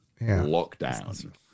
lockdown